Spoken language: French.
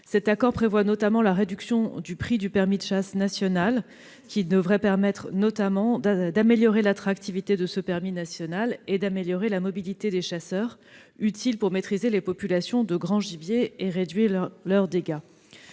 Cet accord prévoit notamment la réduction du prix du permis de chasse national, ce qui devrait permettre d'améliorer l'attractivité de ce permis et la mobilité des chasseurs, qui sont utiles pour maîtriser les populations de grands gibiers et réduire les dégâts